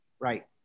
right